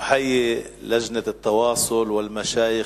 (נושא דברים בשפה הערבית,